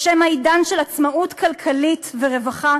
או שמא עידן של עצמאות כלכלית ורווחה,